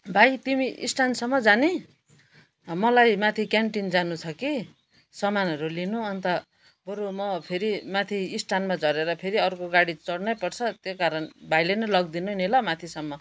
भाइ तिमी स्ट्यान्डसम्म जाने मलाई माथि क्यानटिन जानु छ कि सामानहरू लिनु अन्त बुरु म फेरि माथि इस्टानमा झरेर फेरि अर्को गाडि चढ्नैपर्छ त्यही कारण भाइले नै लगिदिनु नि ल माथिसम्म